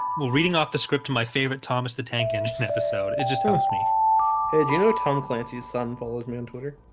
well reading off the script to my favourite thomas the tank engine episode. it just tells me hey, do you know tom clancy's son followed me on twitter?